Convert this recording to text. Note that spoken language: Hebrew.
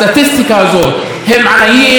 והם לא יכולים לגמור את החודש.